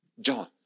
John